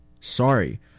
sorry